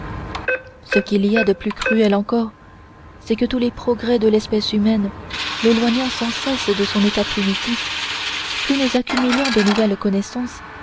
ce qu'il y a de plus cruel encore c'est que tous les progrès de l'espèce humaine l'éloignant sans cesse de son état primitif plus nous accumulons de nouvelles connaissances